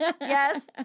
Yes